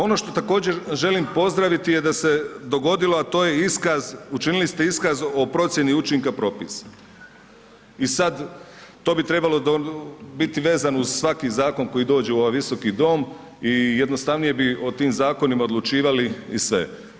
Ono što također želim pozdravit je da se dogodilo a to je iskaz, učinili ste iskaz o procjeni učinka propisa i sad to bi trebalo biti vezano uz svaki zakon koji dođe u ovaj Visoki dom i jednostavnije bi o tim zakonima odlučivali i sve.